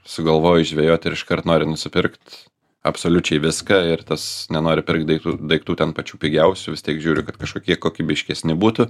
sugalvojai žvejot ir iškart nori nusipirkt absoliučiai viską ir tas nenori pirkt daiktų daiktų ten pačių pigiausių vis tiek žiūri kad kažkokie kokybiškesni būtų